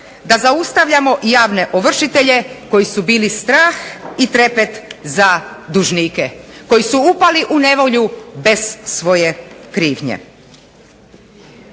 Da zaustavljamo javne ovršitelje koji su bili strah i trepet za dužnike, koji su upali u nevolju bez svoje krivnje.